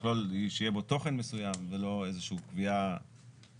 לכלול שיהיה בו תוכן מסוים ולא איזה שהיא קביעה אמורפית של השר.